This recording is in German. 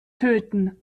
töten